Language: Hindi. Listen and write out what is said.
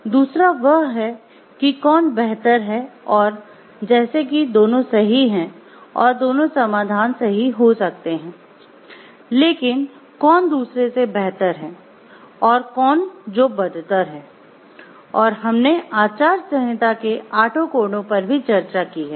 दूसरा वह है की कौन बेहतर है और जैसे कि दोनों सही हैं दोनों समाधान सही हो सकते है लेकिन कौन दूसरे से बेहतर है और कौन जो बदतर है और हमने आचार संहिता के आठ कोडों पर भी चर्चा की है